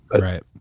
Right